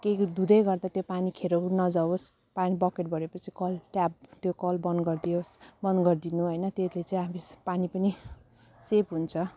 केही धुँदै गर्दा त्यो पानी खेरो नजाओस् पा बकेट भऱ्यो पछि कल ट्याप त्यो कल बन्द गरिदियोस् बन्द गर गरिदिनु होइन त्यसले चाहिँ अब पानी पनि सेभ हुन्छ